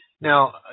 Now